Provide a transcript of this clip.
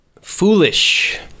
Foolish